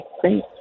Great